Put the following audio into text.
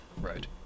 Right